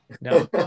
no